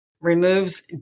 removes